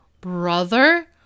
Brother